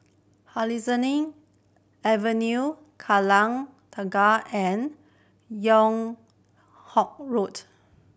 Hemsley Avenue Kallang Tengah and Yung Ho Road